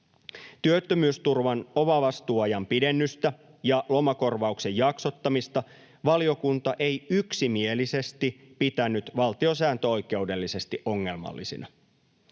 Työttömyysturvan omavastuuajan pidennystä ja lomakorvauksen jaksottamista valiokunta ei yksimielisesti pitänyt valtiosääntöoikeudellisesti ongelmallisina.